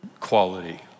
quality